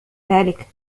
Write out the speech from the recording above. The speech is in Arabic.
ذلك